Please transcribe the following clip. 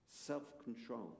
self-control